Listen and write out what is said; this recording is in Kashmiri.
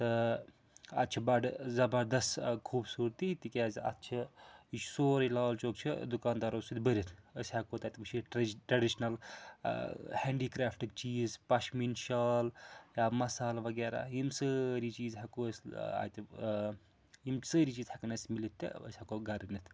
تہٕ اَتھ چھِ بَڑٕ زَبردَس خوٗبصوٗرتی تِکیٛازِ اَتھ چھِ یہِ چھُ سورُے لال چوک چھِ دُکاندارو سۭتۍ بٔرِتھ أسۍ ہٮ۪کو تَتہِ وٕچھِتھ ٹرٛ ٹرٛٮڈِشنَل ہینٛڈی کرٛافٹٕکۍ چیٖز پَشمیٖن شال یا مصالہٕ وغیرہ یِم سٲری چیٖز ہٮ۪کو أسۍ اَتہِ یِم سٲری چیٖز ہٮ۪کن اَسہِ میِٖلِتھ تہٕ أسۍ ہٮ۪کو گَرٕ نِتھ